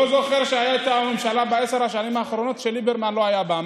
לא זוכר שהייתה ממשלה בעשר השנים האחרונות שליברמן לא היה בה.